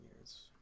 years